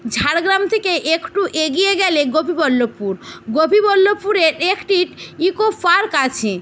ঝাড়গ্রাম থেকে একটু এগিয়ে গেলেই গোপীবল্লভপুর গোপীবল্লভপুরের একটি ইকো পার্ক আছে